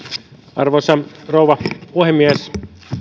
arvoisa rouva puhemies